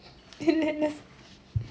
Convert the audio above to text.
பின்னென்ன:pinnenna